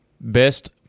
Best